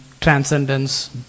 transcendence